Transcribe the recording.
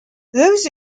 those